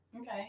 Okay